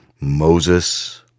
Moses